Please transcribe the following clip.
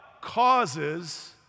causes